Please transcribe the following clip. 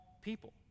people